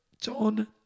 John